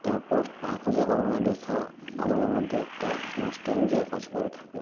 তারপর কাগজে কলমে লেখা আমাদের মধ্যে একটা নস্টালজিয়া কাজ করে থাকে